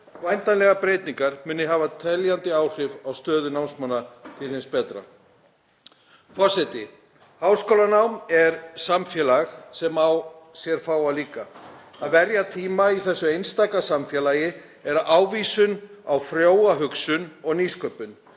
væntanlegar breytingar muni hafa teljandi áhrif á stöðu námsmanna til hins betra. Forseti. Háskólanám er samfélag sem á sér fáa líka. Að verja tíma í þessu einstaka samfélagi er ávísun á frjóa hugsun og nýsköpun